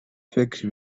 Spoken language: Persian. فکر